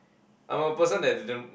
I'm a person that didn't